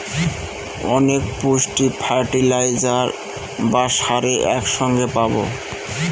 অনেক পুষ্টি ফার্টিলাইজার বা সারে এক সঙ্গে পাবো